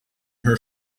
her